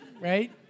right